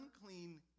unclean